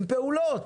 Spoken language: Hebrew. עם פעולות.